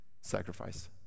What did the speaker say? sacrifice